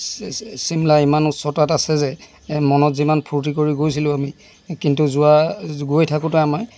চিমলা ইমান উচ্চতাত আছে যে এই মনত যিমান ফুৰ্তি কৰি গৈছিলোঁ আমি কিন্তু যোৱা গৈ থাকোঁতে আমাৰ